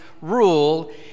rule